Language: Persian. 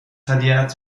هدیهات